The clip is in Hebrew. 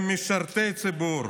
הם משרתי ציבור,